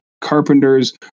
carpenters